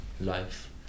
life